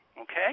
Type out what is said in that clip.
Okay